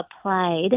applied